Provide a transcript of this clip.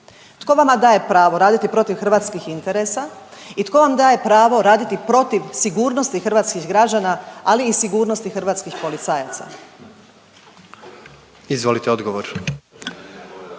Tko vama dalje pravo raditi protiv hrvatskih interesa i tko vam daje pravo raditi protiv sigurnosti hrvatskih građana, ali i sigurnosti hrvatskih policajaca? **Jandroković,